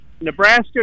Nebraska